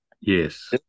yes